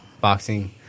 boxing